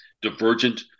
divergent